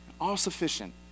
all-sufficient